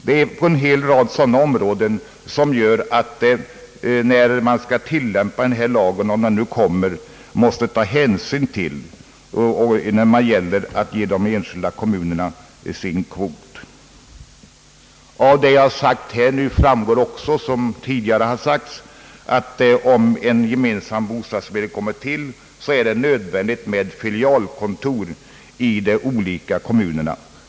Det är en hel rad sådana faktorer som gör att man måste ta hänsyn till förhållandena i de enskilda kommunerna när den aktuella lagen skall tillämpas och kvoterna utdelas. Av vad jag framhållit framgår också, såsom tidigare har påpekats, att det om en gemensam bostadsförmedling kommer till stånd är nödvändigt med filialkontor i de olika kommunerna.